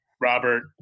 robert